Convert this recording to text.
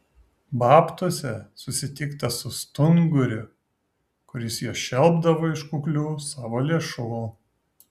babtuose susitikta su stunguriu kuris juos šelpdavo iš kuklių savo lėšų